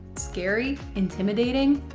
scary? intimidating?